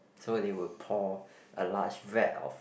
so they would pour a large vat of